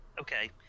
Okay